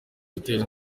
gutera